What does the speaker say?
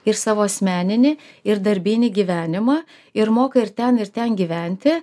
ir savo asmeninį ir darbinį gyvenimą ir moka ir ten ir ten gyventi